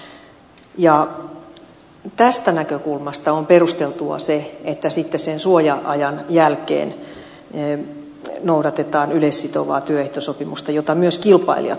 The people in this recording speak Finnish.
ja tästä näkökulmasta on perusteltua se että sitten sen suoja ajan jälkeen noudatetaan yleissitovaa työehtosopimusta jota myös kilpailijat noudattavat